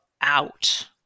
out